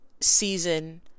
season